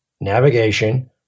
navigation